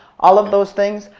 all of those things,